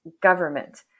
government